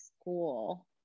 school